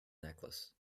necklace